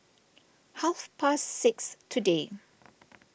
half past six today